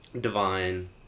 Divine